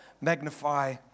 magnify